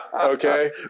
Okay